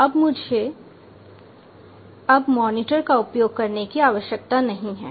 तो अब मुझे अब मॉनिटर का उपयोग करने की आवश्यकता नहीं है